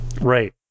Right